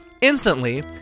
Instantly